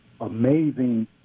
amazing